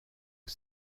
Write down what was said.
aux